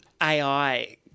AI